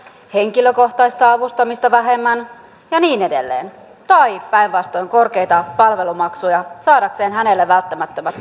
henkilökohtaista avustamista vähemmän ja niin edelleen tai päinvastoin korkeita palvelumaksuja välttämättömien